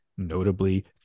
notably